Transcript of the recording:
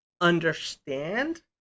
understand